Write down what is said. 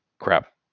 Crap